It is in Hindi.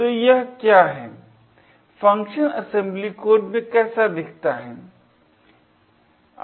तो यह क्या है फंक्शन असेम्बली कोड में कैसे दीखता है